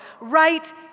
right